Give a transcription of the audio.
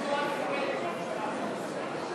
בלי קללות, בלי נאצות ובלי פרובוקציות.